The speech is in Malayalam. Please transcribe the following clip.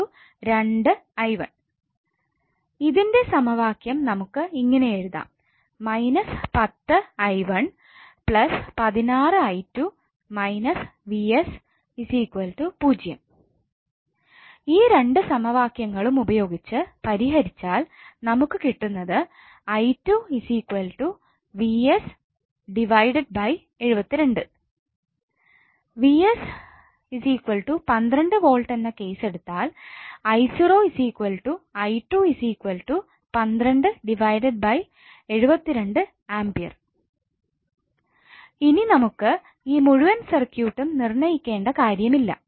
𝑣𝑥 2𝑖1 ഇതിൻറെ സമവാക്യം നമുക്ക് ഇങ്ങനെ എഴുതാം −10𝑖1 16𝑖2 − 𝑣𝑠 0 ഈ രണ്ടു സമവാക്യങ്ങളും ഉപയോഗിച്ച് പരിഹരിച്ചാൽ നമുക്ക് കിട്ടുന്നത് 𝑣𝑠 12 V എന്ന കേസ് എടുത്താൽ A ഇനി നമുക്ക് ഈ മുഴുവൻ സർക്യൂട്ടും നിർണയിക്കേണ്ട കാര്യമില്ല